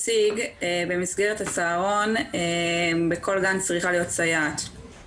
לקחת את הכסף מהגן כשחסר לו היה כסף והמודל חסר כבר היום.